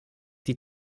die